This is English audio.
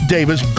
Davis